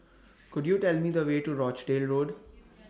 Could YOU Tell Me The Way to Rochdale Road